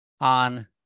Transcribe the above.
on